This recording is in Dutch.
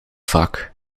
vak